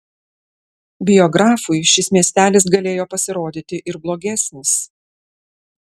biografui šis miestelis galėjo pasirodyti ir blogesnis